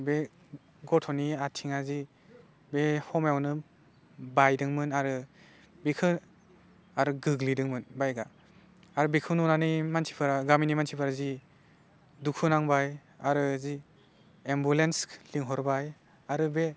बे गथ'नि आथिङा जि बे समायावनो बायदोंमोन आरो बेखौ आरो गोग्लैदोंमोन बाइकआ आरो बेखौ नुनानै मानसिफोरा गामिनि मासिफोरा जि दुखुनांबाय आरो जि एम्बुलेन्स लिंहरबाय आरो बे